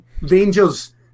Rangers